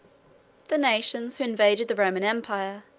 the nations who invaded the roman empire,